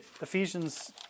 Ephesians